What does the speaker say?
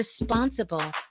responsible